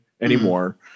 anymore